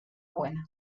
buena